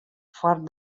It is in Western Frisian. foar